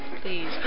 Please